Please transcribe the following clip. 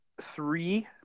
three